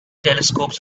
telescopes